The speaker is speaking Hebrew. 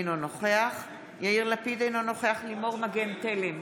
אינו נוכח יאיר לפיד, אינו נוכח לימור מגן תלם,